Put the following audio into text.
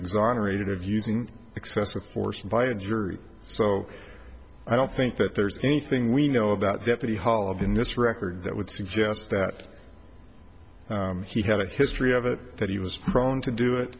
exonerated of using excessive force by a jury so i don't think that there's anything we know about deputy halabi in this record that would suggest that he had a history of it that he was prone to do it